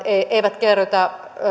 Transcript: eivät kerrytä